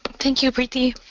thank you, preety.